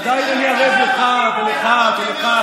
עדיין אני ערב לך ולך ולך.